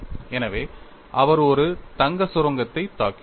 எனவே அவர் ஒரு தங்க சுரங்கத்தைத் தாக்கினார்